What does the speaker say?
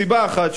סיבה אחת,